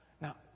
Now